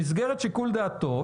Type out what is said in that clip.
במסגרת שיקול דעתו,